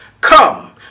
Come